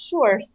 Sure